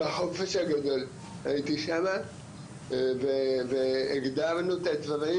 בחופש הגדול הייתי שמה והגדרנו את הדברים